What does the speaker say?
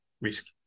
risk